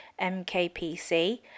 mkpc